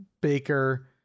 Baker